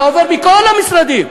זה עובר מכל המשרדים.